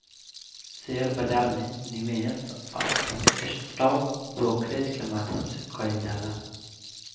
share बाजार में निवेश अक्सर स्टॉक ब्रोकरेज के माध्यम से कईल जाला